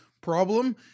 problem